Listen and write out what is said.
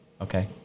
Okay